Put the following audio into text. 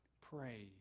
pray